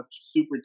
super